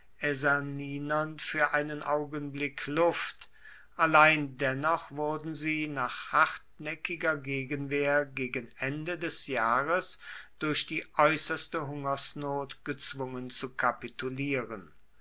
für einen augenblick luft allein dennoch wurden sie nach hartnäckiger gegenwehr gegen ende des jahres durch die äußerste hungersnot gezwungen zu kapitulieren